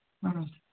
ꯑꯥ